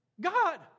God